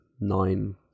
nine